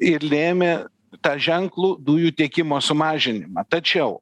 ir lėmė tą ženklų dujų tiekimo sumažinimą tačiau